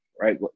Right